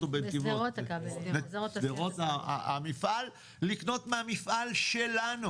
בשדרות מהמפעל שלנו.